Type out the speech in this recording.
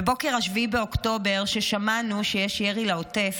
בבוקר 7 באוקטובר, כששמענו שיש ירי לעוטף,